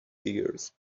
figures